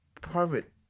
private